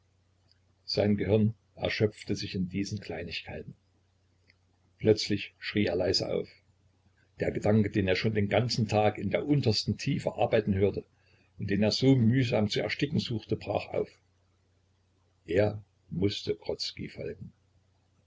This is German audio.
sein gehirn erschöpfte sich in diesen kleinigkeiten plötzlich schrie er leise auf der gedanke den er schon den ganzen tag in der untersten tiefe arbeiten hörte und den er so mühsam zu ersticken suchte brach auf er mußte